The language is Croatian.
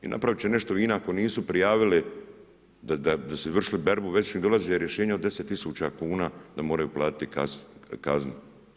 I napravit će nešto vina ako nisu prijavili da su vršili berbu, već im dolaze rješenja od 10 tisuća kuna da moraju platiti kaznu.